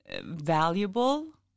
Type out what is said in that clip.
valuable